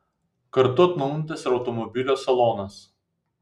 kartu atnaujintas ir automobilio salonas